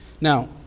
now